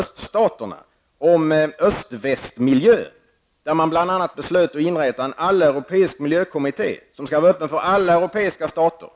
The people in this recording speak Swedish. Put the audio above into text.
öststaterna, om öst--väst-miljön, då man bl.a. beslöt att inrätta en alleuropeisk miljökommitté som skall vara öppen för alla europeiska stater.